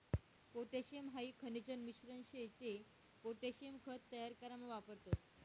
potassium हाई खनिजन मिश्रण शे ते पोटॅशियम खत तयार करामा वापरतस